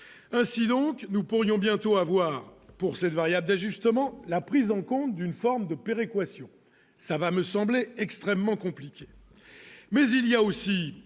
incident que nous pourrions bientôt avoir pour cette variable d'ajustement, la prise en compte d'une forme de péréquation, ça va me semblait extrêmement compliqué, mais il y a aussi